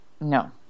no